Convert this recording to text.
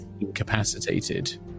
incapacitated